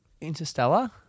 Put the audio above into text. Interstellar